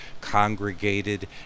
congregated